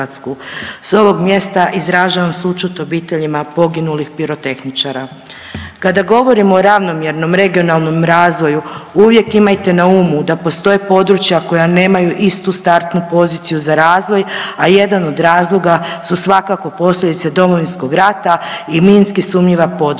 S ovog mjesta izražavam sućut obiteljima poginulih pirotehničara. Kada govorim o ravnomjernom regionalnom razvoju uvijek imajte na umu da postoje područja koja nemaju istu startnu poziciju za razvoj, a jedan od razloga su svakako posljedice Domovinskog rata i minski sumnjiva područja.